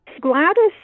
Gladys